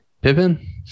Pippin